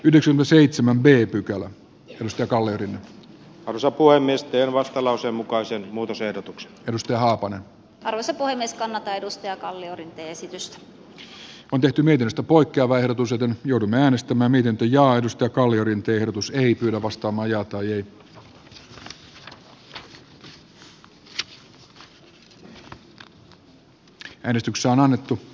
yhdeksän seitsemän beepykälä ihmistä gallerian osapuolen nesteen vastalauseen mukaisen muutosehdotuksen edustajaa on varsin toimiston edustaja risto kalliorinne on tehty mediasta poikkeavaa ehdotus joten joudun äänestämään minkä satu haapasen kannattamana ehdottanut että pykälä hyväksytään vastalauseen mukaisena